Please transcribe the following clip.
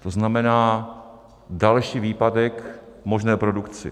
To znamená další výpadek v možné produkci.